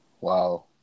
Wow